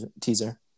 teaser